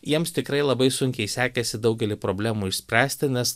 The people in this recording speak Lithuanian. jiems tikrai labai sunkiai sekėsi daugelį problemų išspręsti nes